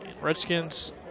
Redskins